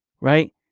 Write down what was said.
right